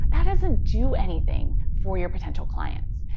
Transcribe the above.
that doesn't do anything for your potential clients.